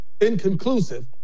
inconclusive